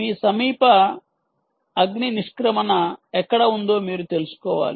మీ సమీప అగ్ని నిష్క్రమణ ఎక్కడ ఉందో మీరు తెలుసుకోవాలి